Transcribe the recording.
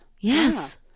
yes